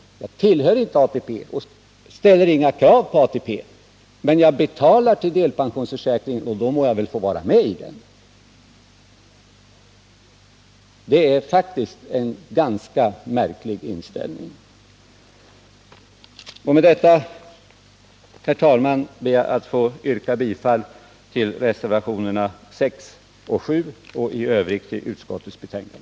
Jag tillhör inte ATP och ställer inga krav på ATP, men jag betalar till delpensionsförsäkringen, och då må jag väl få vara med i den? Det är faktiskt en ganska märklig inställning Sven Aspling företräder. Med detta, herr talman, ber jag att få yrka bifall till reservationerna 6 och 7 samt i övrigt till utskottets hemställan.